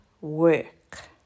Work